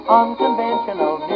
unconventional